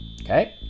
Okay